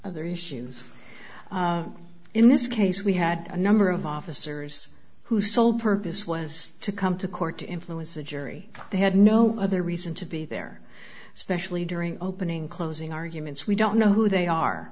other issues in this case we had a number of officers whose sole purpose was to come to court to influence a jury they had no other reason to be there especially during opening closing arguments we don't know who they are